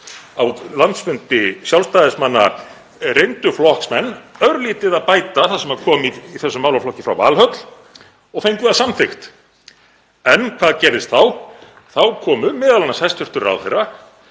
Á landsfundi Sjálfstæðismanna reyndu flokksmenn örlítið að bæta það sem kom í þessum málaflokki frá Valhöll og fengu það samþykkt. En hvað gerðist þá? Þá komu m.a. hæstv. ráðherra